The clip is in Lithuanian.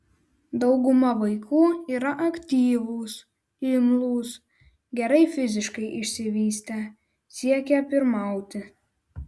dauguma vaikų yra aktyvūs imlūs gerai fiziškai išsivystę siekią pirmauti